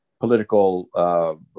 political